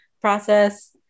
process